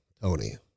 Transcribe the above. Tony